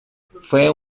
fue